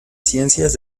ciencias